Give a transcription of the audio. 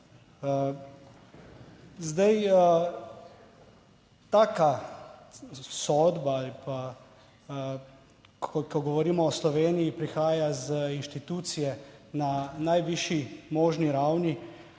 Zdaj taka sodba ali pa, ko govorimo o Sloveniji prihaja iz inštitucije na najvišji možni ravni,